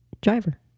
driver